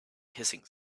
hissing